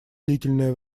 длительное